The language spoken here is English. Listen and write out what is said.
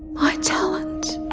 my talent